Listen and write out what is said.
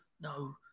no